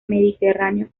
mediterráneo